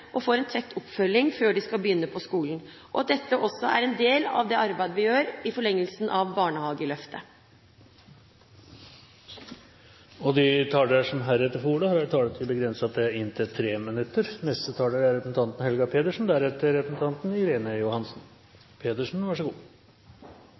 en tett oppfølging før de skal begynne på skolen. Dette er også en del av det arbeidet vi gjør i forlengelsen av barnehageløftet. De talere som heretter får ordet, har en taletid på inntil 3 minutter. Det er i kommunene vi lever våre liv. Det er